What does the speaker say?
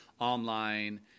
online